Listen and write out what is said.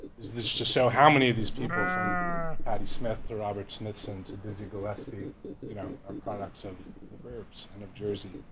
is just show how many of these people from patti smith to robert smithson to dizzy gillespie you know are products of suburbs and of jersey,